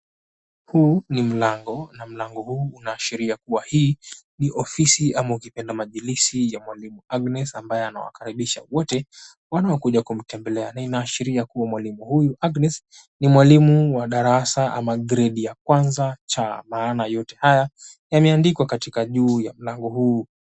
Huu ni mlango na mlango huu unaashiria kuwa hii ni ofisi ama ukipenda madilisi ya mwalimu Agnes ambaye anawakaribisha wote wanaokuja kumtembelea na inaashiria kuwa mwalimu huyu Agnes ni mwalimu wa darasa ama gredi ya kwanza cha maana yote haya yameandikwa katika juu ya mlango huu.